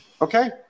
Okay